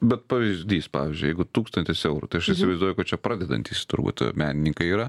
bet pavyzdys pavyzdžiui jeigu tūkstantis eurų tai aš įsivaizduoju kad čia pradedantys turbūt menininkai yra